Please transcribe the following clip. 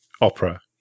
Opera